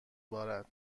بارد